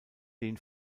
den